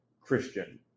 Christian